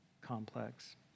complex